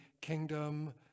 kingdom